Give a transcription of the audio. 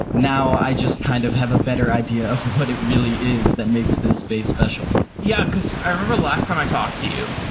now i just kind of have a better idea of what it really is that makes this space special. yeah, because i remember the last time i talked to you,